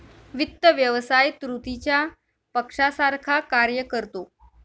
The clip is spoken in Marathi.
वित्त व्यवसाय तृतीय पक्षासारखा कार्य करतो